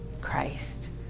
Christ